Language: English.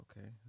Okay